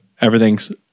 Everything's